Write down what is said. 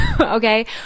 Okay